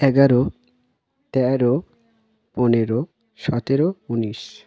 এগারো তেরো পনেরো সতেরো উনিশ